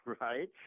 right